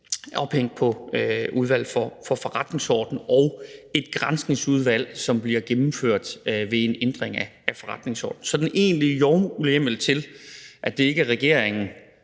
ophængt på Udvalget for Forretningsordenen og et granskningsudvalg, som bliver gennemført ved en ændring af forretningsordenen. Så den egentlige lovhjemmel til, at det ikke er regeringerne